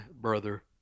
brother